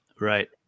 right